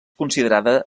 considerada